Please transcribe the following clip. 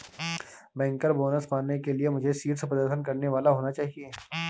banker bonus पाने के लिए मुझे शीर्ष प्रदर्शन करने वाला होना चाहिए